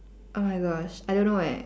oh my gosh I don't know eh